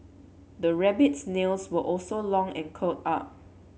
the rabbit's nails were also long and curled up